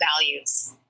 values